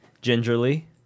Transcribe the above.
gingerly